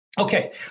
Okay